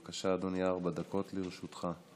בבקשה, אדוני, ארבע דקות לרשותך.